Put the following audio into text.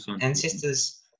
ancestors